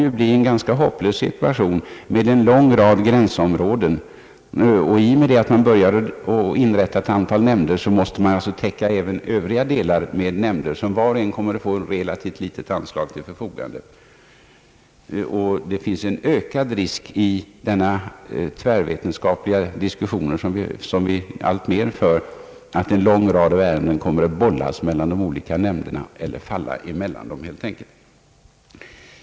Vi torde ha att se fram mot ännu större gränsdragningsproblem än hittills, och i och med att man börjar inrätta ett antal nämnder måste man alltså täcka även övriga delar med nämnder, av vilka var och en kommer att få relativt litet anslag till förfogande. | Det finns en ökad risk i de tvärvetenskapliga diskussioner, som vi allt oftare för, att en mängd ärenden kommer att bollas mellan de olika nämnderna.